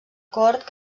cort